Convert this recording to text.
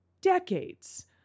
decades